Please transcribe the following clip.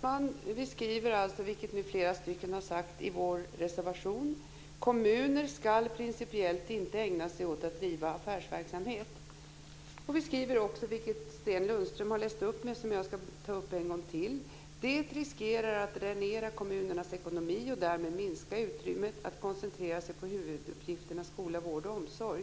talman! Vi skriver, vilket nu flera stycken har sagt, i vår reservation att kommuner principiellt inte ska ägna sig åt att driva affärsverksamhet. Vi skriver också, vilket Sten Lundström har läst upp men som jag ska ta upp en gång till, så här: Det riskerar att dränera kommunernas ekonomi och därmed minska utrymmet att koncentrera sig på huvuduppgifterna skola, vård och omsorg.